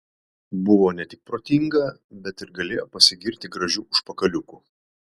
buvo ne tik protinga bet ir galėjo pasigirti gražiu užpakaliuku